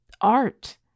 art